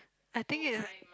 I think if